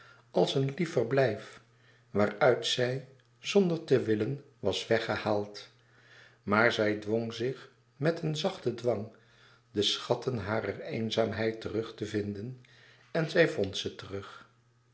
als een lief verblijf waaruit zij zonder te willen was weggedwaald maar zij dwng zich met een zachten dwang de schatten harer eenzaamheid terug te vinden en zij vond ze terug